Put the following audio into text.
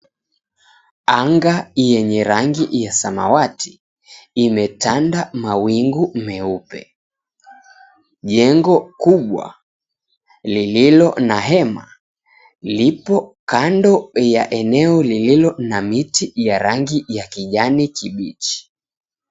Anga yenye rangi ya samawati, imetanda mawingu meupe. Jengo kubwa, lililo na hema, lipo kando ya eneo lililo na miti ya rangi ya kijani kibichi.